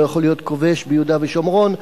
לא יכול להיות כובש ביהודה ושומרון,